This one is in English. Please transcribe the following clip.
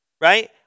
Right